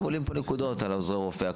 עכשיו עולות פה נקודות על עוזרי רופא,